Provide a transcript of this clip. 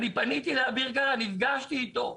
פניתי לאביר קארה, נפגשתי איתו.